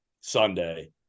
Sunday